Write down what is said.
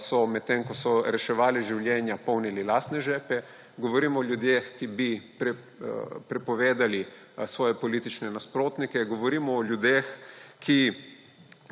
so – medtem ko so reševali življenja – polnili lastne žepe. Govorimo o ljudeh, ki bi prepovedali svoje politične nasprotnike. Govorimo o ljudeh, ki